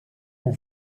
mon